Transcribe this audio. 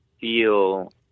feel